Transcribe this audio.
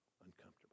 uncomfortable